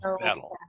battle